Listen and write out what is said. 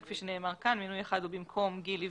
כפי שנאמר כאן, מינוי אחד הוא במקום גיל ליבנה,